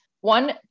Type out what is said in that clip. One